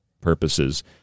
purposes